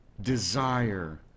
desire